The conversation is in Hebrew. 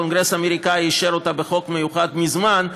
הקונגרס האמריקני אישר אותה בחוק מיוחד מזמן,